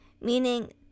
meaning